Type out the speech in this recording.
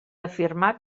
afirmar